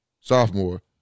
sophomore